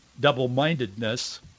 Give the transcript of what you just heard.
double-mindedness